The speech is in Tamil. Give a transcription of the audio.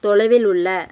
தொலைவில் உள்ள